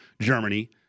Germany